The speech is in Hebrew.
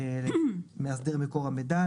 מאסדר מקור המידע,